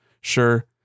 sure